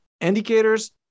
indicators